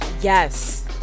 Yes